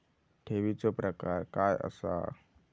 ठेवीचो प्रकार काय असा?